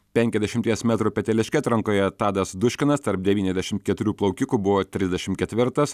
penkiasdešimies metrų peteliške atrankoje tadas duškinas tarp devyniasdešim keturių plaukikų buvo trisdešim ketvirtas